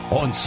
on